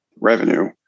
revenue